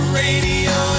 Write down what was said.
radio